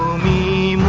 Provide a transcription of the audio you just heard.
me